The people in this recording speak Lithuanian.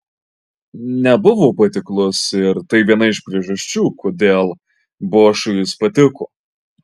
nebuvo patiklus ir tai viena iš priežasčių kodėl bošui jis patiko